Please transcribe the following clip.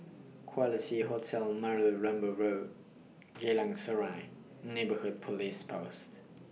Quality Hotel Marlow Road Geylang Serai Neighbourhood Police Post